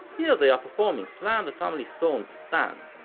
here they are performing sly and the family stone's stand,